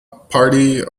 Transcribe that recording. party